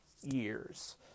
years